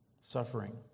Suffering